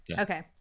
Okay